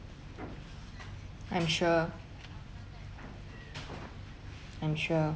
I'm sure I'm sure